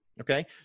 Okay